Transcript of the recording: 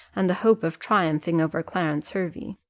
and the hope of triumphing over clarence hervey.